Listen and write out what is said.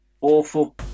Awful